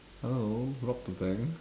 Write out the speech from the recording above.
I don't know rob the bank